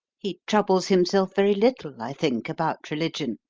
he troubles himself very little, i think, about religion.